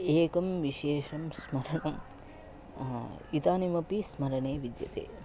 एकं विशेषं स्मरणम् इदानीमपि स्मरणे विद्यते